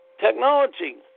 technology